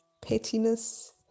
pettiness